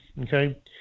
Okay